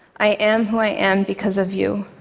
i am who i am because of you.